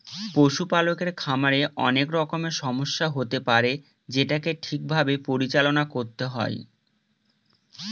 পশুপালকের খামারে অনেক রকমের সমস্যা হতে পারে যেটাকে ঠিক ভাবে পরিচালনা করতে হয়